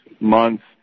months